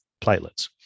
platelets